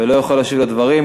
הוא לא יכול להשיב על הדברים.